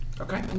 Okay